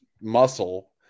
muscle